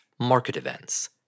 marketevents